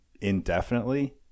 indefinitely